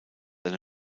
eine